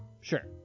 Sure